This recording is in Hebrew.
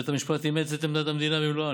בית המשפט אימץ את עמדת המדינה במלואה.